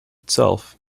itself